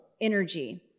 energy